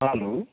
hello